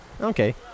Okay